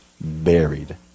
buried